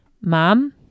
mom